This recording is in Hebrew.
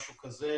משהו כזה,